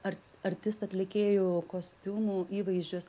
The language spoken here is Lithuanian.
ar artistų atlikėjų kostiumų įvaizdžius